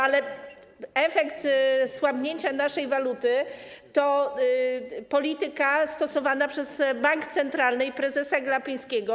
Ale efekt słabnięcia naszej waluty to polityka stosowana przez bank centralny i prezesa Glapińskiego.